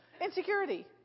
Insecurity